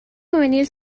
juvenil